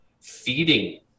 feeding